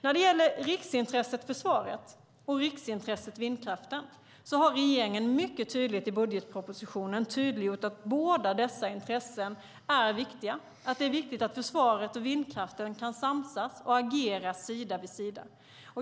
När det gäller riksintresset försvaret och riksintresset vindkraften har regeringen tydliggjort i budgetpropositionen att båda dessa intressen är viktiga. Det är viktigt att försvaret och vindkraften kan samsas och agera sida vid sida.